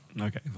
Okay